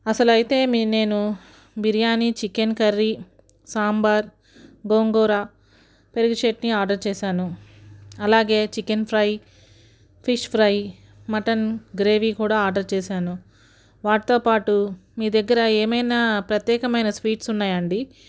అసలైతే నేను biryani chicken curry sambar గోంగూర పెరుగు చట్నీ ఆర్డర్ చేసాను అలాగే chicken fry fish fry mutton gravy కూడా ఆర్డర్ చేసాను వాటితో పాటు మీ దగ్గర ఏమైనా ప్రత్యేకమైన స్వీట్స్ ఉన్నాయా అండి